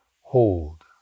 Hold